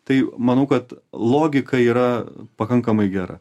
tai manau kad logika yra pakankamai gera